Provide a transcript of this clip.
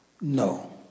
No